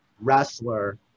wrestler